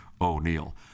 O'Neal